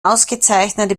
ausgezeichnete